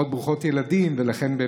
הכי הרבה משפחות ברוכות ילדים, ולכן